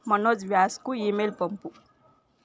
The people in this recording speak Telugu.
మనోజ్ వ్యాస్కు ఈమెయిల్ పంపు